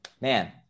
man